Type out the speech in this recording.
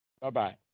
Bye-bye